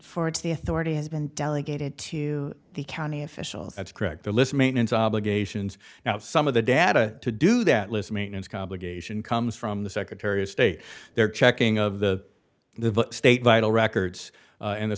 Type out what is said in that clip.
for it's the authority has been delegated to the county officials that's correct the list maintenance obligations now some of the data to do that list maintenance complication comes from the secretary of state they're checking of the state vital records